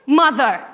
mother